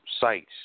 sites